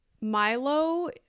Milo